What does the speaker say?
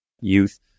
youth